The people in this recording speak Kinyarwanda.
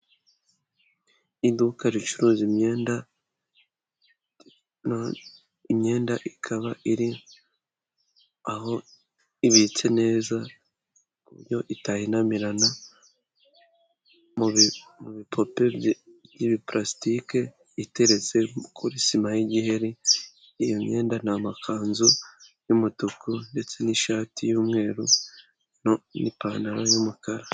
Iduka ricuruza imyenda, imyenda ikaba iri aho ibitse neza ku buryo itahinamirana mu bipupe by'ibipurasitike iteretse kuri sima y'igiheri. Iyo myenda n'amakanzu y'umutuku ndetse n'ishati y'umweru n'ipantaro y'umukara.